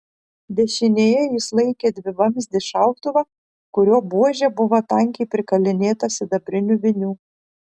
dešinėje jis laikė dvivamzdį šautuvą kurio buožė buvo tankiai prikalinėta sidabrinių vinių